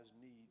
need